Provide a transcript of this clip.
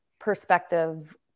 perspective